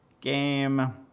game